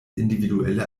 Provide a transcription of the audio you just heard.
individuelle